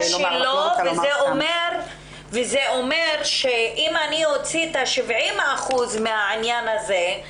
אני בטוחה שלא וזה אומר שאם אוציא את ה-70% מהעניין הזה,